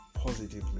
positively